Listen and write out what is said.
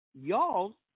y'all